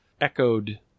echoed